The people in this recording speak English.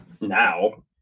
now